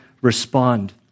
respond